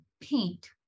paint